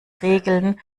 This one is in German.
regeln